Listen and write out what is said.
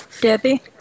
debbie